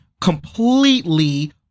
completely